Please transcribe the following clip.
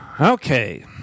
Okay